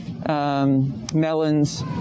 Melons